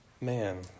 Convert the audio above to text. man